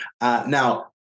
now